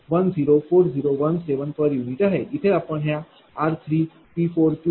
000104017 p